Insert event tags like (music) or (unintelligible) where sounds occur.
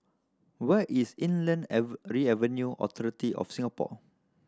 where is Inland (unintelligible) Revenue Authority of Singapore